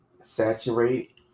saturate